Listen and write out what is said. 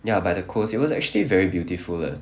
ya by the coast it was actually very beautiful leh